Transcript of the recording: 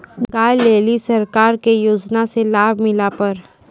गाय ले ली सरकार के योजना से लाभ मिला पर?